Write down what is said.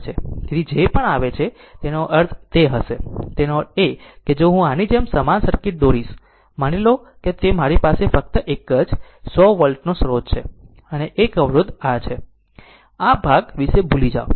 તેથી જે પણ આવે છે તેનો અર્થ તે હશે તેનો અર્થ એ કે જો હું આની સમાન સર્કિટ દોરીશ માની લો તો મારી પાસે ફક્ત એક જ 100 વોલ્ટ નો સ્રોત છે અને એક અવરોધ આ છે આ ભાગ વિશે ભૂલી જાઓ